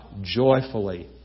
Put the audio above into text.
joyfully